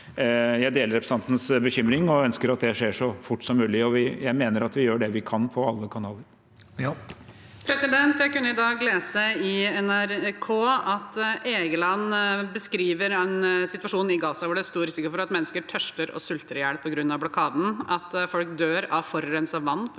Jeg deler representantens bekymring og ønsker at det skjer så fort som mulig, og jeg mener at vi gjør det vi kan i alle kanaler. Hege Bae Nyholt (R) Jeg kunne i dag lese på NRK at Jan Egeland beskriver en situasjon i Gaza hvor det er stor risiko for at mennesker tørster og sulter i hjel på grunn av blokaden, at folk dør av forurenset vann på grunn av